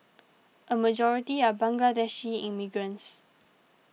a majority are Bangladeshi immigrants